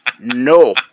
No